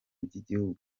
by’igihugu